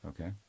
Okay